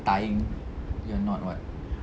tying your knot [what]